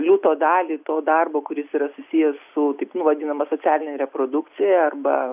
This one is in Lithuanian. liūto dalį to darbo kuris yra susijęs su taip nu vadinama socialine reprodukcija arba